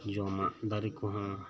ᱡᱚᱢᱟᱜ ᱫᱟᱨᱤ ᱠᱚᱦᱚᱸ